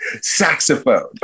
saxophone